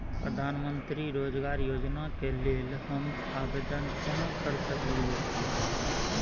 प्रधानमंत्री रोजगार योजना के लेल हम आवेदन केना कर सकलियै?